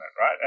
right